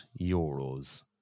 Euros